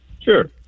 Sure